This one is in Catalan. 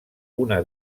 una